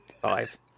Five